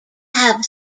have